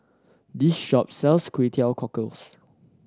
this shop sells Kway Teow Cockles